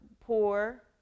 poor